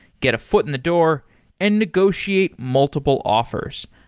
get a foot in the door and negotiate multiple offers.